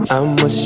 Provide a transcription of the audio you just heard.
I'ma